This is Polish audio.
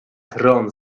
tron